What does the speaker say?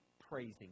praising